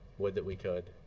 would that we could.